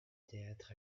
théâtre